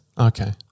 okay